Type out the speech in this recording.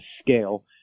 scale